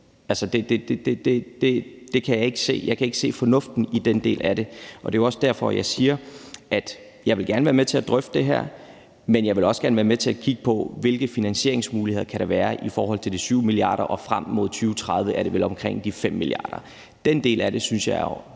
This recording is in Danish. EU-lande. Altså, jeg kan ikke se fornuften i den del af det. Det er jo også derfor, jeg siger, at jeg gerne vil være med til at drøfte det her, men at jeg også gerne vil være med til at kigge på, hvilke finansieringsmuligheder der kan være i forhold til de 7 mia. kr., og frem mod 2023 er det vel omkring 5 mia. kr. Den del af det synes jeg er